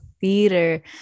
theater